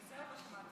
את זה עוד לא שמעתי.